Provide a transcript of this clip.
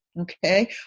okay